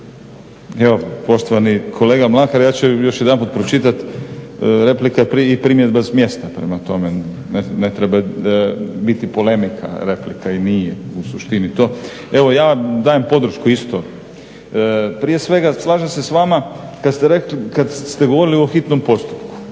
Poštovani kolega Mlakar ja ću još jedanput pročitati, replika prije i primjedba s mjesta. Prema tome ne treba biti polemika replika i nije u suštini to. Evo ja vam dajem podršku isto. Prije svega slažem se s vama kada ste govorili o hitnom postupku.